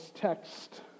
text